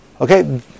Okay